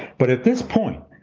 but at this point,